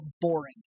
boring